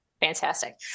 Fantastic